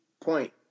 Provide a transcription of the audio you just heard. point